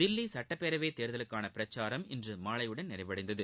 தில்லி சட்டப்பேரவை தேர்தலுக்கான பிரச்சாரம் இன்று மாலை நிறைவடைந்தது